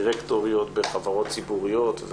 דירקטוריות בחברות ציבוריות,